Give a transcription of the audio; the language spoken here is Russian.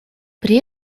при